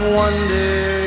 wonder